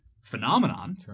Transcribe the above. phenomenon